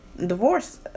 divorce